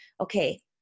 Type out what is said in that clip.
Okay